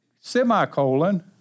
Semicolon